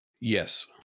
Yes